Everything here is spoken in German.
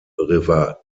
river